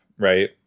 Right